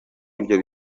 ibyo